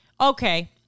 Okay